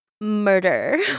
Murder